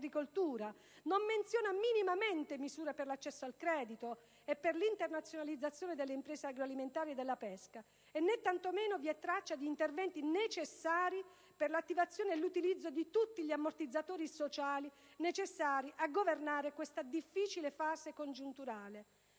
agricoltura; non menziona minimamente misure per l'accesso al credito e per l'internazionalizzazione delle imprese agroalimentari e della pesca, né tantomeno vi è traccia di interventi finalizzati all'attivazione e all'utilizzo di tutti gli ammortizzatori sociali necessari a governare questa difficile fase congiunturale.